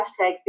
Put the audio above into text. hashtags